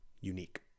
unique